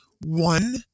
one